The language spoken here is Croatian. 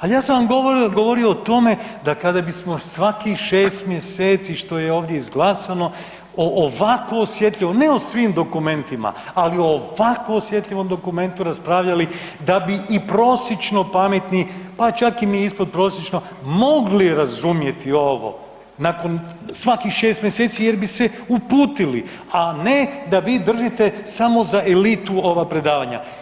ali ja sam vam govorio o tome da kada bismo svakih šest mjeseci, što je ovdje izglasano o ovako osjetljivom, ne o svim dokumentima, ali o ovako osjetljivom dokumentu raspravljali da bi i prosječno pametni pa čak i ispodprosječno mogli razumjeti ovo, nakon svakih šest mjeseci jer bi se uputili, a ne da vi držite samo za elitu ova predavanja.